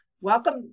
welcome